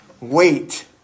wait